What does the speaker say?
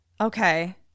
Okay